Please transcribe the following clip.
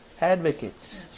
advocates